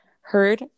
heard